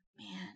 man